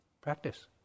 practice